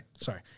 sorry